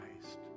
Christ